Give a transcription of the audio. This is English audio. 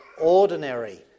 ordinary